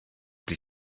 pli